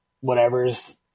whatever's